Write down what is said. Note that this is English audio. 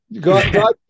God